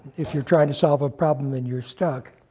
if you're trying to solve a problem, and you're stuck,